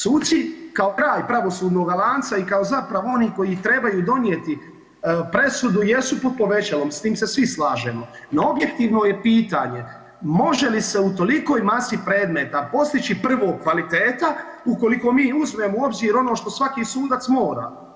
Suci kao kraj pravosudnoga lanca i kao zapravo oni koji trebaju donijeti presudu jesu pod povećalom s tim se svi slažemo, no objektivno je pitanje može li se u tolikoj masi predmeta postići prvo kvaliteta ukoliko mi uzmemo u obzir ono što svaki sudac mora.